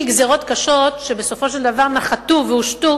גזירות קשות שבסופו של דבר נחתו והושתו